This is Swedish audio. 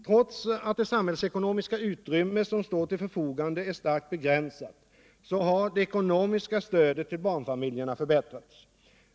Trots att det samhällsekonomiska utrymme som står till förfogande är starkt begränsat har det ekonomiska stödet till barnfamiljerna förbättrats.